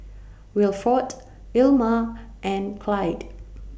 Wilford Ilma and Clide